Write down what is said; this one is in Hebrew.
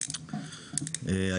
בוקר טוב,